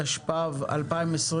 התשפ"ב-2021.